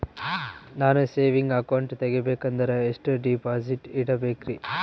ನಾನು saving account ತೆಗಿಬೇಕಂದರ ಎಷ್ಟು ಡಿಪಾಸಿಟ್ ಇಡಬೇಕ್ರಿ?